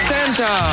Santa